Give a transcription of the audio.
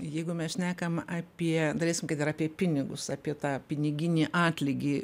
jeigu mes šnekam apie daleiskim kad ir apie pinigus apie tą piniginį atlygį